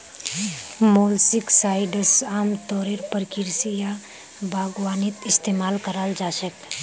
molluscicides आमतौरेर पर कृषि या बागवानीत इस्तमाल कराल जा छेक